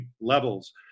levels